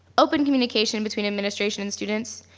open communication between administration and students,